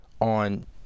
on